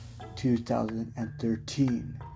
2013